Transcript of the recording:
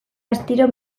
astiro